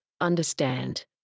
understand